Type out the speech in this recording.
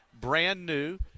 brand-new